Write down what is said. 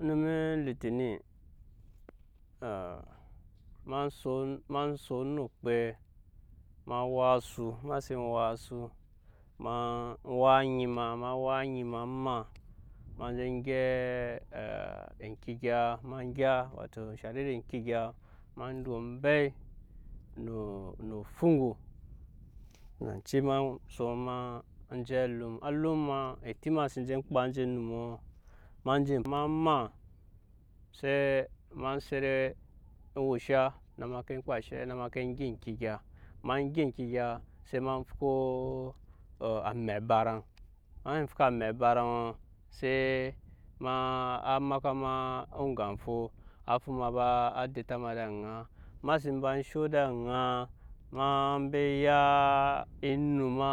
Onume olitine ema son ma son no okpe ma wak asu ema sen wak asu ema wak anyi ma wak anyi ma maa ema je gyɛp eŋke egya ma gya wato sha irin eŋke egya ema gya ombei no no fugo nanci ma son en je alum alum ma eti ma seen je kpa enje onumɔ ma je ma maa se ma set ewusha na ke kpa eshe na ma ke gya eŋke egya ma gya eŋke egya se ma ko amɛ baraŋ ema fwa amɛ baraŋɔ se ma á makpa ma aŋga fo á fu ma ba denta ma ed'aŋa ema sen ba sho ed'aŋa ma ba ya enu ma